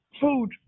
food